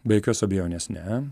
be jokios abejonės ne